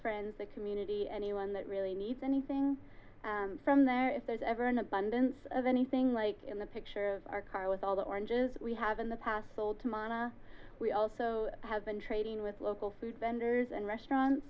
friends the community anyone that really needs anything from there if there's ever an abundance of anything like in the picture of our car with all the oranges we have in the past sold to mana we also have been trading with local food vendors and restaurants